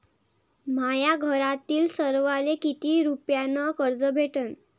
माह्या घरातील सर्वाले किती रुप्यान कर्ज भेटन?